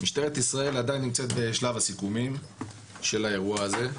משטרת ישראל עדיין נמצאת בשלב הסיכומים של האירוע הזה,